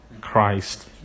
Christ